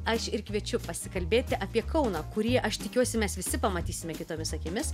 aš ir kviečiu pasikalbėti apie kauną kurį aš tikiuosi mes visi pamatysime kitomis akimis